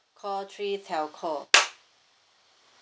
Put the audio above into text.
call three telco